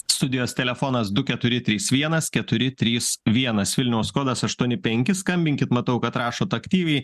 studijos telefonas du keturi trys vienas keturi trys vienas vilniaus kodas aštuoni penki skambinkit matau kad rašot aktyviai